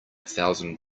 thousand